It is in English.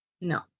no